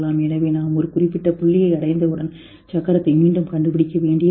எனவே நாம் ஒரு குறிப்பிட்ட புள்ளியை அடைந்தவுடன் சக்கரத்தை மீண்டும் கண்டுபிடிக்க வேண்டியதில்லை